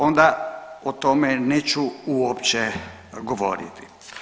Onda o tome neću uopće govoriti.